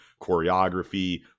choreography